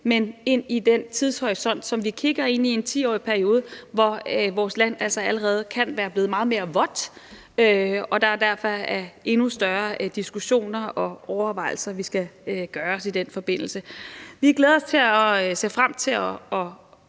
men ud fra den tidshorisont, som vi kigger ind i, dvs. en 10-årig periode, hvor vores land altså allerede kan være blevet meget mere vådt, og hvor der derfor vil være endnu større diskussioner og overvejelser, vi skal gøre os i den forbindelse. Vi glæder os og ser frem til at